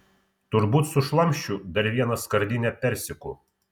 turbūt sušlamšiu dar vieną skardinę persikų